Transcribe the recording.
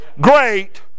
Great